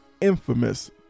infamous